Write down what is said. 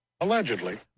Allegedly